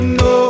no